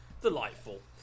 delightful